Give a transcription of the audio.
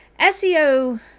SEO